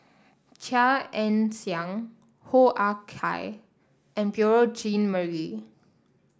Chia Ann Siang Hoo Ah Kay and Beurel Jean Marie